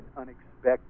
unexpected